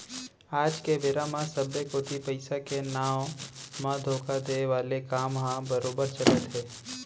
आज के बेरा म सबे कोती पइसा के नांव म धोखा देय वाले काम ह बरोबर चलत हे